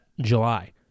July